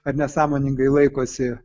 ar nesąmoningai laikosi